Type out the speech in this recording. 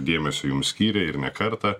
dėmesio jums skyrė ir ne kartą